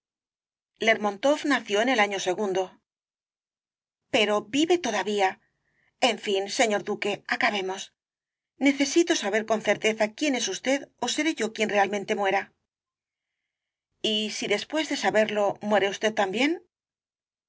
más lermontoff nació el año n pero vive todavía en fin señor duque acabemos necesito saber con certeza quién es usted ó seré yo quien realmente muera y si después de saberlo muere usted también